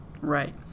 Right